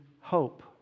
hope